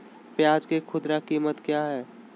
प्याज के खुदरा कीमत क्या है?